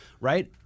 right